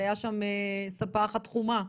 הייתה שם ספר אחת חומה וישנה,